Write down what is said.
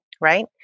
Right